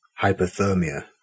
Hypothermia